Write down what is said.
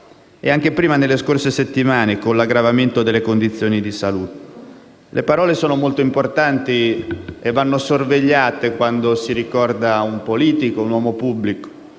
e anche nelle scorse settimane, in concomitanza con l'aggravarsi delle sue condizioni di salute. Le parole sono molto importanti e vanno sorvegliate quando si ricorda un politico e un uomo pubblico.